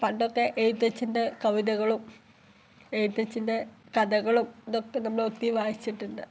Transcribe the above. പണ്ടൊക്കെ എഴുത്തച്ഛൻ്റെ കവിതകളും എഴുത്തച്ഛൻ്റെ കഥകളും ഇതൊക്കെ നമ്മളൊത്തിരി വായിച്ചിട്ടുണ്ട്